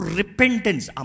repentance